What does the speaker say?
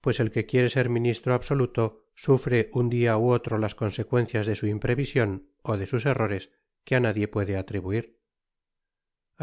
pues el que quiere ser ministro absoluto sufre un dia ú otro las consecuencias de su im prevision ó de sus errores que á nadie puede atribuir